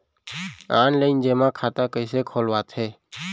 Online जेमा खाता कइसे खोलवाथे?